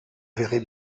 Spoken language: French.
verrez